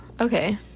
Okay